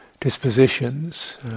dispositions